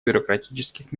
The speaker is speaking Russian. бюрократических